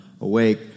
awake